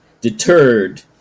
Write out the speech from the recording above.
deterred